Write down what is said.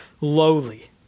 lowly